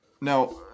Now